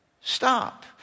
stop